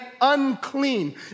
unclean